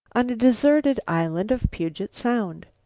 on a deserted island of puget sound.